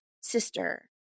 sister